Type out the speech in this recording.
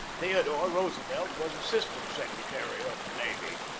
theodore roosevelt was assistant secretary of the navy.